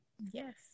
yes